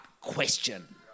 question